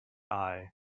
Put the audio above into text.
eye